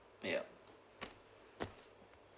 yup